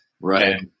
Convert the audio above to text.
Right